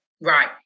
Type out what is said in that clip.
Right